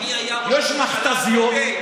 מי היה ראש הממשלה?